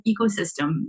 ecosystem